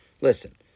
listen